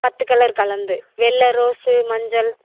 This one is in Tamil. பத்து கலர் கலந்து வெள்ளை ரோஸ்ஸு மஞ்சள்